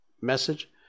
message